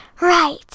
Right